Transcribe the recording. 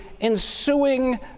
ensuing